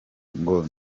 ngo